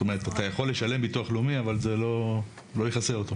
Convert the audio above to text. זאת אומרת אתה יכול לשלם ביטוח לאומי אבל זה לא יכסה אותו.